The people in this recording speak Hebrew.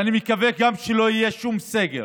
ואני מקווה גם שלא יהיה שום סגר,